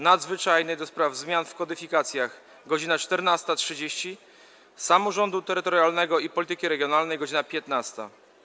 Nadzwyczajnej do spraw zmian w kodyfikacjach - godz. 14.30, - Samorządu Terytorialnego i Polityki Regionalnej - godz. 15.